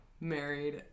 married